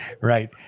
right